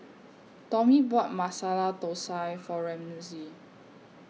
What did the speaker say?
Tommy bought Masala Thosai For Ramsey